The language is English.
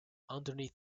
underneath